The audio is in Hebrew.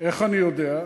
איך אני יודע?